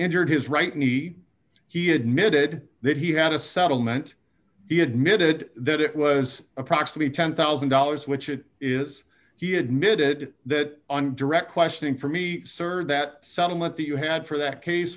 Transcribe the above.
injured his right knee he admitted that he had a settlement he admitted that it was approximately ten thousand dollars which it is he admitted that on direct question for me sir that settlement that you had for that case